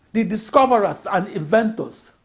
the discoverers and inventors